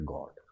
God